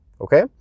okay